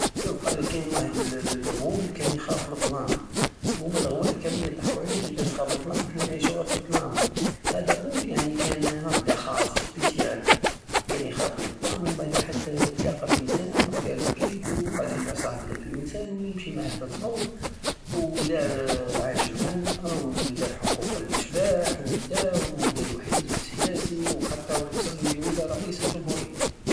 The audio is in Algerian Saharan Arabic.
شوف قالك كاين واحد الغول كان يخاف مالضلام وهوما لغوال كامل يضحكو عليه كيفاش تخاف مالضلام وحنا نعيشو غير في الضلام هدا الغول يعني كان هكدا خاص سبيسيال كان يخاف مل تلضلام ومبعد حتى تلاقة بانسان وحكالو حكايتو وبعد ولا صاحب هداك الانسان ولا يمشي معاه في الضو وداه عاش عاش معانا ودار حقوق الاشباح وكدا ودارلو حزب سياسي وحتى وصل وين ولا رئيس الجمهورية